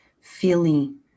feeling